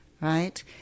right